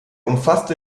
umfasste